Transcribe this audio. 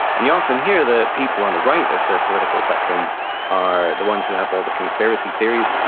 and you often hear that people on the right of the political spectrum are the ones who have all the conspiracy theories,